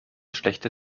schlechte